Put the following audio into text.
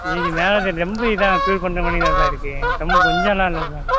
மேலே சார் ரொம்ப இதாக ஃபீல் பண்றமாரி தான் சார் இருக்குது ரொம்ப கொஞ்சம்லாம் இல்லை சார்